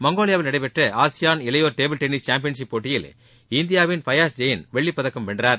மங்கோலியாவில் நடைபெற்ற ஆசியாள் இளையோர் டேபிள் டென்னிஸ் சாம்பியன்ஷிப் போட்டியில் இந்தியாவின் பயாஸ் ஜெயின் வெள்ளிப் பதக்கம் வென்றார்